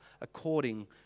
according